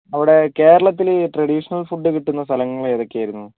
അവിടെ കേരളത്തിൽ traditional food കിട്ടുന്ന സ്ഥലങ്ങൾ ഏതൊക്കെ ആയിരുന്നു